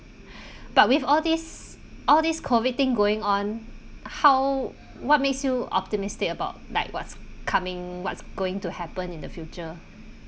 but with all these all these COVID thing going on how what makes you optimistic about like what's coming what's going to happen in the future